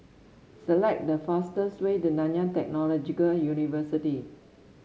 select the fastest way to Nanyang Technological University